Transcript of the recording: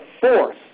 force